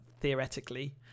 theoretically